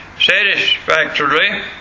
satisfactorily